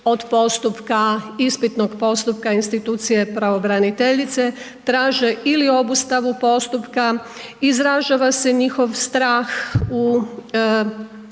od postupka ispitnog postupka institucije pravobraniteljice. Traže ili obustavu postupka, izražava se njihov strah u,